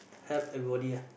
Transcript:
help everybody ah